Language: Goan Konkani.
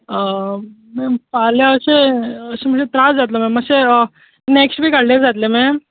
फाल्यां अशें म्हणजे त्रास जातलो मॅम मातशें नॅक्स्ट वीक हाडल्यार जातलें मॅम